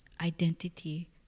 identity